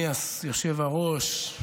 אדוני היושב-ראש,